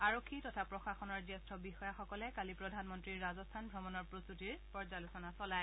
আৰক্ষী তথা প্ৰশাসনৰ জ্যেষ্ঠ বিষয়াসকলে কালি প্ৰধানমন্ত্ৰীৰ ৰাজস্থান ভ্ৰমণৰ প্ৰস্তুতিৰ পৰ্যালোচনা চলায়